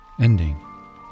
ending